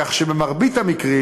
כאשר במרבית המקרים